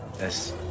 Yes